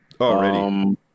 Already